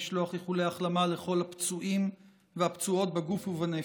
ולשלוח איחולי החלמה לכל הפצועים והפצועות בגוף ובנפש.